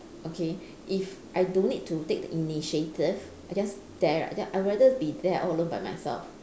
okay if I don't need to take the initiative I just there right then I rather be there all alone by myself